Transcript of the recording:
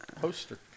poster